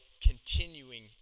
continuing